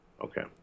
Okay